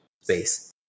space